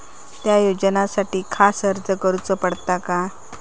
त्या योजनासाठी खास अर्ज करूचो पडता काय?